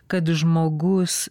kad žmogus